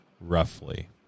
Roughly